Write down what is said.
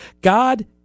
God